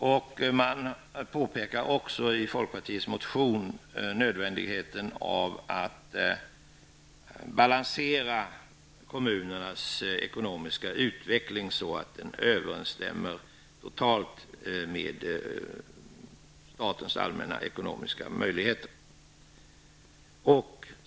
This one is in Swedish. Folkpartiet pekar i sin motion också på nödvändigheten av att man balanserar kommunernas ekonomiska utveckling, så att den överensstämmer totalt med statens allmänna ekonomiska möjligheter.